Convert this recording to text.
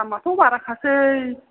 दामाथ' बाराखासै